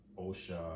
OSHA